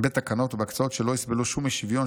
בתקנות ובהקצאות שלא יסבלו שום אי-שוויון,